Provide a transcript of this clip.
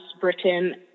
Britain